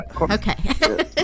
Okay